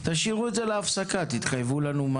תשאירו את